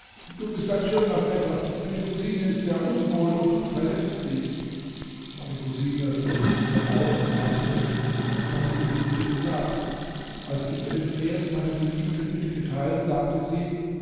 du bist ein schöner vetter deine cousine ist sehr unwohl und du verläßt sie mein cousine richtete sich dann auf und fragte mich was meine geliebte gesagt als ich ihr den vers meiner geliebten mitgeteilt sagte sie